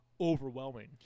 overwhelming